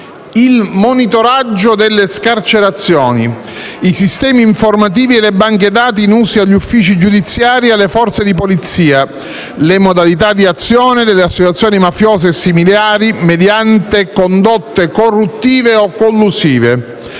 il monitoraggio delle scarcerazioni, i sistemi informativi e le banche dati in uso agli uffici giudiziari e alle Forze di polizia, le modalità di azione delle associazioni mafiose e similari mediante condotte corruttive o collusive,